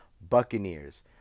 Buccaneers